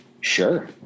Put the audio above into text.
Sure